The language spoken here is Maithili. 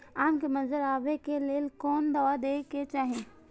आम के मंजर आबे के लेल कोन दवा दे के चाही?